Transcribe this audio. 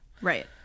Right